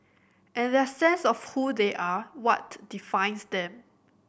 and their sense of who they are what defines them